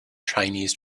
chinese